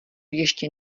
ještě